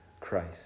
Christ